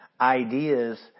ideas